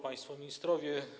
Państwo Ministrowie!